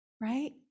Right